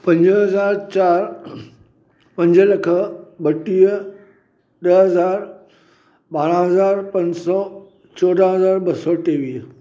पंज हज़ार चार पंज लख ॿटीह ॾह हज़ार ॿारहं हज़ार पंज सौ चौॾाहं हज़ार ॿ सौ टेवीह